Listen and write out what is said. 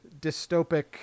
dystopic